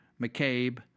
McCabe